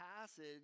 passage